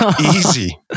easy